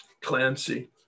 clancy